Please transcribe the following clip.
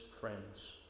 friends